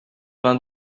vingt